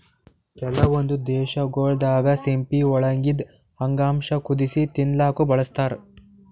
ಕೆಲವೊಂದ್ ದೇಶಗೊಳ್ ದಾಗಾ ಸಿಂಪಿ ಒಳಗಿಂದ್ ಅಂಗಾಂಶ ಕುದಸಿ ತಿಲ್ಲಾಕ್ನು ಬಳಸ್ತಾರ್